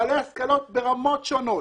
בעלי השכלות ברמות שונות